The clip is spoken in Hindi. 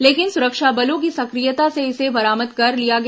लेकिन सुरक्षा बलों की सक्रियता से इसे बरामद कर लिया गया